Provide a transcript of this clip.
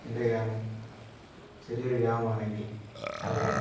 എൻ്റെ ഗ്രാമം ചെറിയൊരു ഗ്രാമമാണെങ്കിലും ഇവിടെ